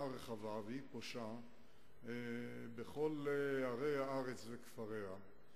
רחבה והיא פושה בכל ערי הארץ וכפריה.